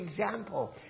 example